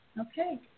Okay